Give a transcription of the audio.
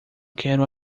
quero